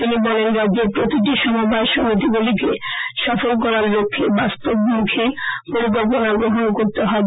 তিনি বলেন রাজ্যের প্রতিটি সমবায় সমিতিগুলিকে সফল করার লক্ষ্যে বাস্তবমুখী পরিকল্পনা গ্রহণ করতে হবে